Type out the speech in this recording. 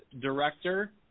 Director